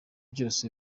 byose